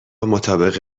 مطابق